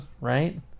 right